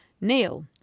Neil